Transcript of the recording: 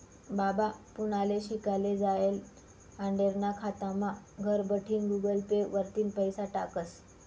बाबा पुनाले शिकाले जायेल आंडेरना खातामा घरबठीन गुगल पे वरतीन पैसा टाकस